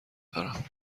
دارم